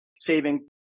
saving